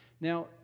Now